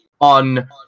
on